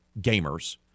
gamers